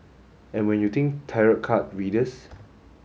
and when you think tarot card readers